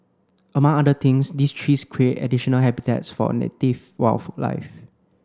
among other things these trees create additional habitats for native wildlife